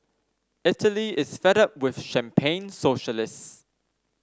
Italy is fed up with champagne socialists